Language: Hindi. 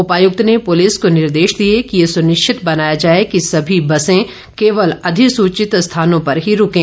उपायुक्त ने पुलिस को निर्देश दिए कि यह सुनिश्चित बनाया जाए कि सभी बसें केवल अधिसूचित स्थानों पर ही रूकें